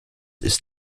ist